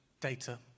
data